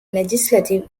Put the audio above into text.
legislative